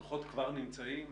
הדוחות כבר נמצאים,